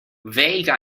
vague